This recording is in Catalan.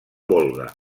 volga